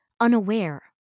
unaware